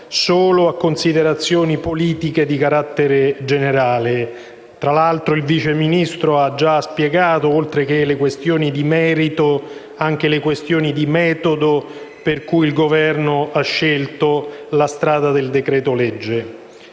solo a considerazioni politiche di carattere generale. Tra l'altro, il Vice Ministro ha già spiegato, oltre alle questioni di merito, anche le questioni di metodo per cui il Governo ha scelto la strada del decreto-legge.